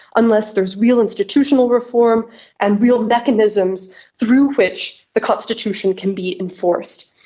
unless there is real institutional reform and real mechanisms through which the constitution can be enforced.